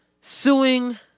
suing